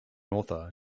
author